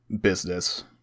business